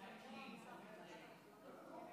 שתגיד מה דעתה על חוק,